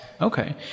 Okay